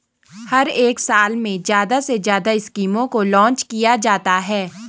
हर एक साल में ज्यादा से ज्यादा स्कीमों को लान्च किया जाता है